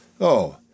Oh